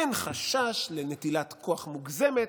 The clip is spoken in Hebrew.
אין חשש לנטילת כוח מוגזמת,